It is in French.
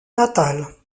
natale